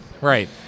right